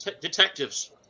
detectives